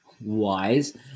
wise